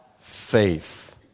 faith